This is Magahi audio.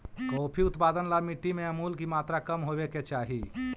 कॉफी उत्पादन ला मिट्टी में अमूल की मात्रा कम होवे के चाही